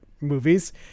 movies